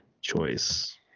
choice